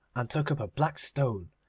and took up a black stone,